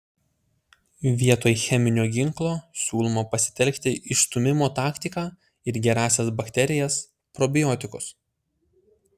vietoj cheminio ginklo siūloma pasitelkti išstūmimo taktiką ir gerąsias bakterijas probiotikus